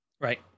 Right